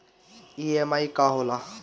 EMI का होला?